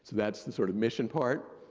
that's the sort of mission part.